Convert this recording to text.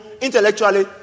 intellectually